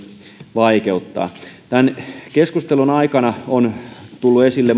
vaikeuttaa tämän keskustelun aikana on tullut esille